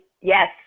Yes